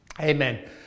Amen